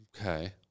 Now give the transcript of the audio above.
Okay